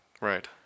Right